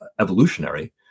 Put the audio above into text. evolutionary